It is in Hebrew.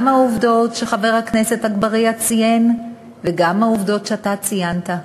גם העובדות שחבר הכנסת אגבאריה ציין וגם העובדות שאתה ציינת,